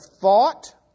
thought